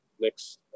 next